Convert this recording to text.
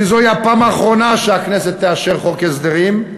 כי זוהי הפעם האחרונה שהכנסת תאשר חוק הסדרים.